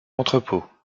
entrepôt